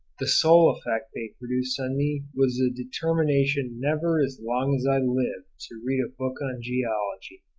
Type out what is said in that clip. the sole effect they produced on me was the determination never as long as i lived to read a book on geology,